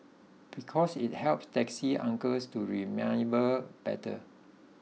because it helps taxi uncles to remember better